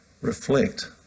reflect